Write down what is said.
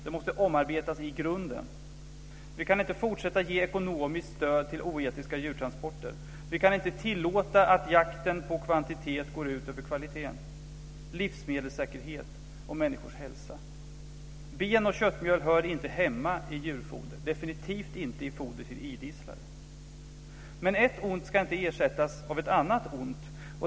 Det måste omarbetas i grunden. Vi kan inte fortsätta att ge ekonomiskt stöd till oetiska djurtransporter. Vi kan inte tillåta att jakten på kvantitet går ut över kvalitet, livsmedelssäkerhet och människors hälsa. Ben och köttmjöl hör inte hemma i djurfoder, definitivt inte i foder till idisslare. Men ett ont ska inte ersättas av ett annat ont.